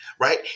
Right